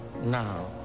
now